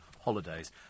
holidays